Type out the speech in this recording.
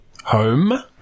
Home